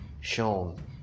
shown